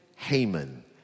Haman